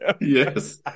Yes